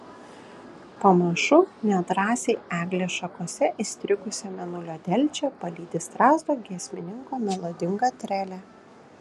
pamažu nedrąsiai eglės šakose įstrigusią mėnulio delčią palydi strazdo giesmininko melodinga trelė